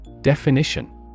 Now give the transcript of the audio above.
Definition